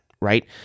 right